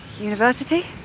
University